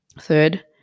Third